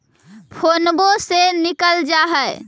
फोनवो से निकल जा है?